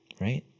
right